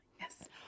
Yes